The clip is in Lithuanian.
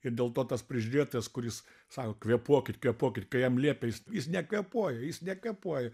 ir dėl to tas prižiūrėtojas kuris sako kvėpuokit kvėpuokit kai jam liepė jis jis nekvėpuoja jis nekvėpuoja